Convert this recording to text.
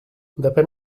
depèn